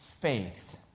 faith